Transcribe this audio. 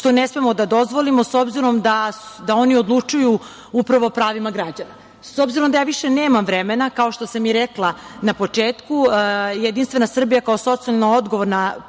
što ne smemo da dozvolimo, s obzirom da oni odlučuju upravo o pravima građana.S obzirom da više nemam vremena, kao što sam i rekla na početku, Jedinstvena Srbija kao socijalno odgovorna partija,